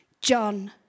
John